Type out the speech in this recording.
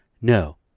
No